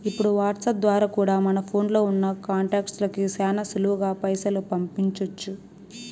ఇప్పుడు వాట్సాప్ ద్వారా కూడా మన ఫోన్లో ఉన్నా కాంటాక్ట్స్ లకి శానా సులువుగా పైసలు పంపించొచ్చు